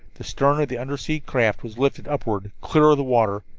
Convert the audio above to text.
the stern of the undersea craft was lifted upward, clear of the water,